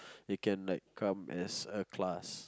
it can like come as a class